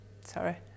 sorry